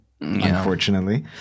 unfortunately